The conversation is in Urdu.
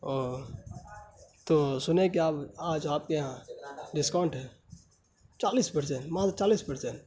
اوہ تو سنے ہیں کہ آپ آج آپ کے یہاں ڈسکاؤنٹ ہے چالیس پر سینٹ مال چالیس پر سینٹ